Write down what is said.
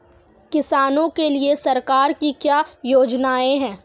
किसानों के लिए सरकार की क्या योजनाएं हैं?